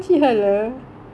I just hear the voice